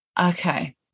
Okay